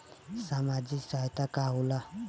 सामाजिक सहायता का होला?